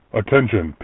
attention